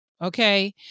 Okay